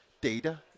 data